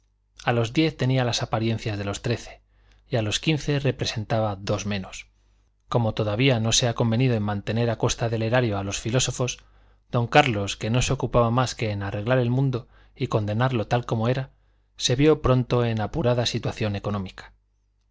a los diez tenía las apariencias de los trece y a los quince representaba dos menos como todavía no se ha convenido en mantener a costa del erario a los filósofos don carlos que no se ocupaba más que en arreglar el mundo y condenarlo tal como era se vio pronto en apurada situación económica